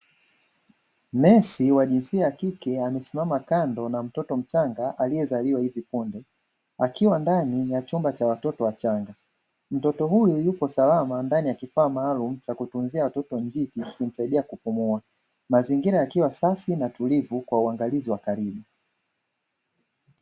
Nesi wa jinsia ya kike, amesimama kando na mtoto mchanga aliyezaliwa hivi punde, akiwa ndani ya chumba cha watoto wachanga. Mtoto huyu yupo salama, ndani ya kifaa maalumu cha kutunzia watoto njiti, kikimsaidia kupumua, mazingira yakiwa safi na tulivu kwa uangalizi wa karibu.